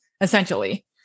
essentially